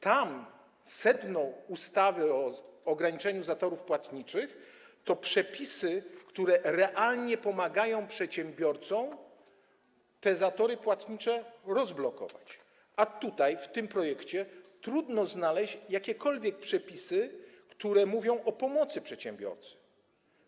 Tam sedno ustawy o ograniczeniu zatorów płatniczych stanowią przepisy, które realnie pomagają przedsiębiorcom te zatory płatnicze odblokować, a w tym projekcie trudno jest znaleźć jakiekolwiek przepisy, które mówią o pomocy przedsiębiorcom.